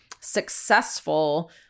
successful